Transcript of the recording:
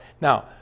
Now